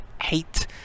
hate